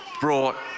brought